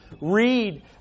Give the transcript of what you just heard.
Read